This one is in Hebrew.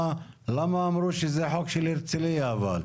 למה אמרו שזה חוק של הרצליה אבל?